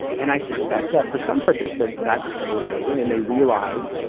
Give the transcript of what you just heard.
and i suspect that, for some participants, that's motivating, and they realize,